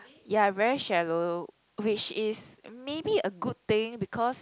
ya very shallow which is maybe a good thing because